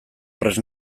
prest